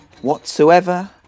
Whatsoever